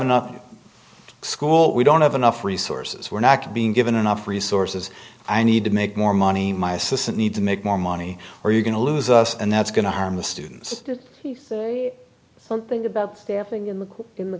enough school we don't have enough resources we're not being given enough resources i need to make more money my assistant need to make more money or you're going to lose us and that's going to harm the students something about staffing in the in the